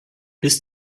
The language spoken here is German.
bis